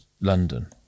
London